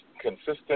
consistent